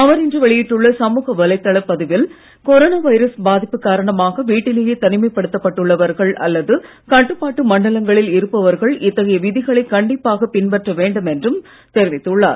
அவர் இன்று வெளியிட்டுள்ள சமூக வலைதளப்பதிவில் கொரோனா வைரஸ் பாதிப்பு காரணமாக வீட்டிலேயே தனிமைப்படுத்தப்பட்டுள்ளவர்கள் அல்லது கட்டுப்பாட்டு மண்டலங்களில் இருப்பவர்கள் இத்தகைய விதிகளை கண்டிப்பாக பின்பற்ற வேண்டும் என்றும் தெரிவித்துள்ளார்